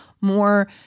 more